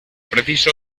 preciso